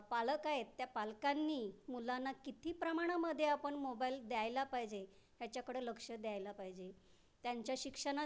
पालक आहेत त्या पालकांनी मुलांना किती प्रमाणामध्ये आपण मोबाईल द्यायला पाहिजे ह्याच्याकडं लक्ष द्यायला पाहिजे त्यांच्या शिक्षणासाठी